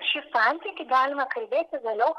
šį santykį galima kalbėti vėliau